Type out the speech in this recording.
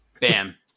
Bam